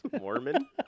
Mormon